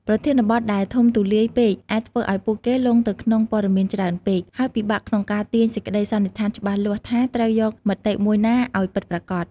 ប្រធានបទដែលធំទូលាយពេកអាចធ្វើឱ្យពួកគេលង់នៅក្នុងព័ត៌មានច្រើនពេក ហើយពិបាកក្នុងការទាញសេចក្តីសន្និដ្ឋានច្បាស់លាស់ថាត្រូវយកមតិមួយណាឱ្យពិតប្រាកដ។